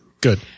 Good